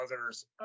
others